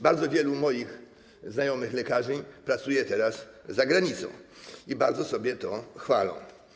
Bardzo wielu moich znajomych lekarzy pracuje teraz za granicą i bardzo sobie to chwalą.